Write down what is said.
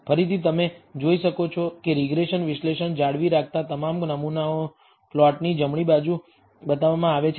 ફરીથી તમે જોઈ શકો છો કે રીગ્રેસન વિશ્લેષણ જાળવી રાખતા તમામ નમૂનાઓ પ્લોટની જમણી બાજુ બતાવવામાં આવે છે